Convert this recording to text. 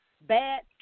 bad